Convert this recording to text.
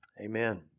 Amen